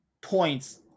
points